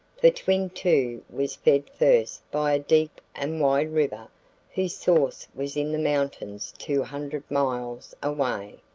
for twin-two was fed first by a deep and wide river whose source was in the mountains two hundred miles away,